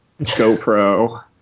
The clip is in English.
GoPro